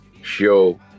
show